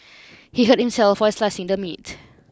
he hurt himself while slicing the meat